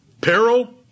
Peril